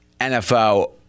NFL